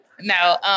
No